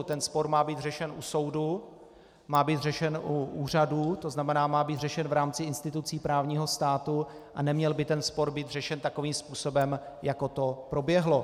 Ten spor má být řešen u soudu, má být řešen u úřadů, to znamená, má být řešen v rámci institucí právního státu a neměl by ten spor být řešen takovým způsobem, jako to proběhlo.